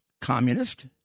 communist